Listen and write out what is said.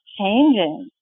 changing